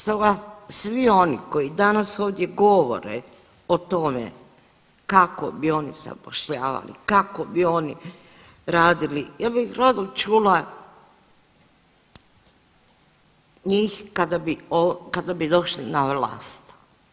Svi oni koji danas ovdje govore o tome kako bi oni zapošljavali, kako bi oni radili ja bih rado čula njih kada bi došli na vlast.